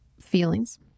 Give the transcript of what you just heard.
feelings